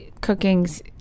Cooking's